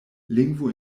lingvo